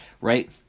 Right